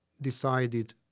decided